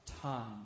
time